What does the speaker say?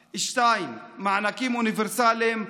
2. מענקים אוניברסליים,